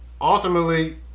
ultimately